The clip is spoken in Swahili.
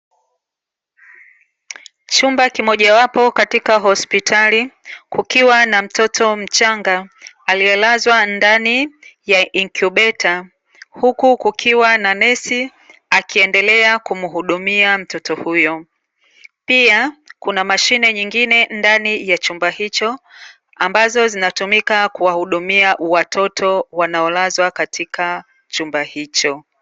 Chumba kimoja wapo katika hospitali kukiwa na mtoto mchanga alielazwa ndani ya ikubeta, huku kukiwa na nesi akiendelea kumuhudumia mtoto huyo. Pia Kuna mashine nyingine ndani ya chumba hicho ambazo zinatumika kuwahudumia watoto wanaolazwa katika chumba hicho .